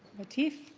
lateef,